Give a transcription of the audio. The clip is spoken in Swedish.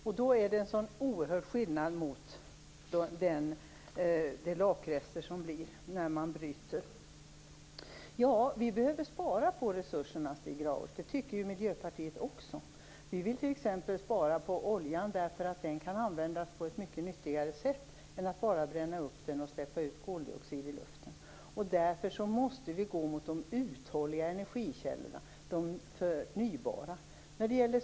Ändå är det en så oerhört skillnad mot de lakrester som blir kvar när man bryter uran. Ja, vi behöver spara på resurserna, Stig Grauers. Det tycker Miljöpartiet också. Vi vill t.ex. spara på olja därför att den kan användas på ett mycket nyttigare sätt än att bara brännas upp. Därför måste vi gå mot uthålliga och förnybara energikällor.